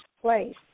place